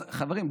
אז חברים,